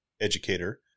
educator